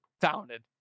founded